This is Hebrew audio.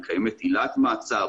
אם קיימת עילת מעצר.